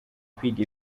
kwiga